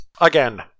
again